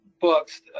books